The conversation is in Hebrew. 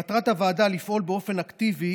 מטרת הוועדה לפעול באופן אקטיבי